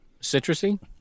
Citrusy